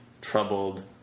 troubled